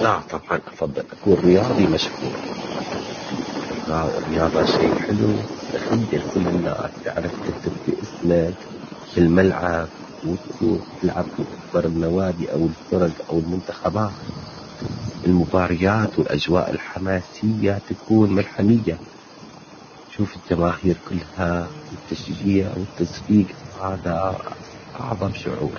لا طبعا افضل اكون رياضي مشهور. الرياضة شي حلو تخيل كل الناس تعرف تهتف باسمك في الملعب وتكوف تلعب في اكبر النوادي او الفرق او المنتخبات. المباريات والاجواء الحماسية تكون ملحمية تشوف الجماهير كلها والتشجيع والتصفيق هذا اعظم شعور